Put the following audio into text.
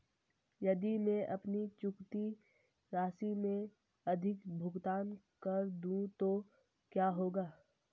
यदि मैं अपनी चुकौती राशि से अधिक भुगतान कर दूं तो क्या होगा?